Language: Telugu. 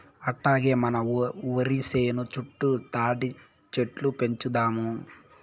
అట్టాగే మన ఒరి సేను చుట్టూ తాటిచెట్లు పెంచుదాము